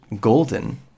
golden